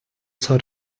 sort